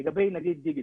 לגבי נגיד דיגיטל.